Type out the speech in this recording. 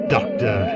Doctor